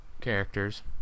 characters